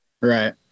Right